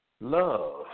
love